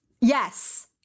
Yes